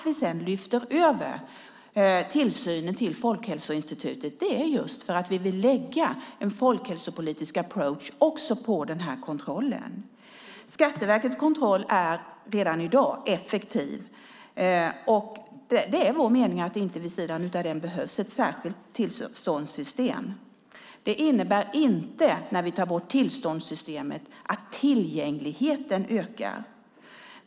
Vi lyfter över tillsynen till Folkhälsoinstitutet för att vi vill lägga en folkhälsopolitisk approach på kontrollen. Skatteverkets kontroll är redan i dag effektiv. Det är vår mening att det vid sidan av den inte behövs ett särskilt tillståndssystem. Att vi tar bort tillståndssystemet innebär inte att tillgängligheten ökar.